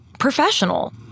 Professional